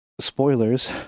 spoilers